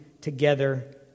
together